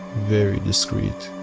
very discreet.